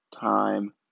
time